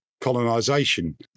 colonization